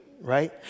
right